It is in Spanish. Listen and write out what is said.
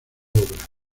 obra